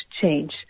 change